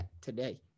today